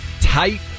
Tight